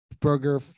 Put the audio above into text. burger